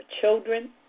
children